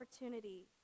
opportunity